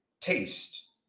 taste